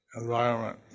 environment